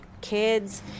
kids